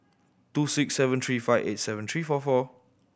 two six seven three five eight seven three four four